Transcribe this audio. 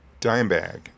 Dimebag